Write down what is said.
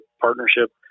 partnership